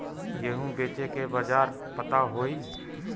गेहूँ बेचे के बाजार पता होई?